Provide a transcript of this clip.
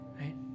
right